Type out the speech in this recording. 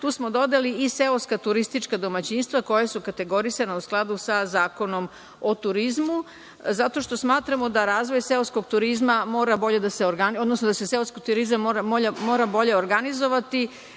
tu smo dodali i seoska turistička domaćinstva koja su kategorisana u skladu sa Zakonom o turizmu. Smatramo da razvoj seoskog turizma mora se bolje organizovati,